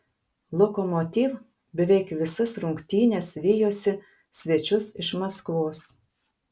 lokomotiv beveik visas rungtynes vijosi svečius iš maskvos